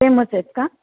famous आहेत का